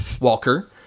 Walker